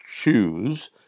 choose